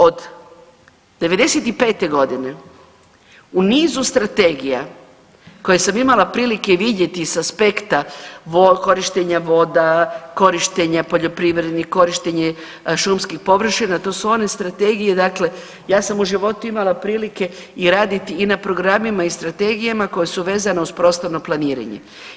Od '95. godine u nizu strategija koje sam imala prilike vidjeti sa aspekta korištenja voda, korištenja poljoprivrednih, korištenja šumskih površina, to su one strategije, dakle ja sam u životu imala prilike raditi i na programima i strategijama koje su vezane uz prostorno planiranje.